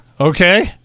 Okay